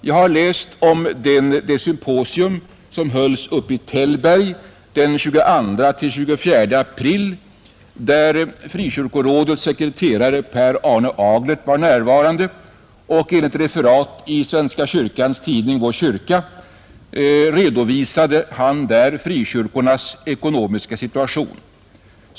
Jag har läst om det symposium som hölls i Tällberg den 22—24 april och där Frikyrkorådets sekreterare Per-Arne Aglert var närvarande. Enligt referat i svenska kyrkans tidning Vår kyrka redovisade han där frikyrkornas ekonomiska situation.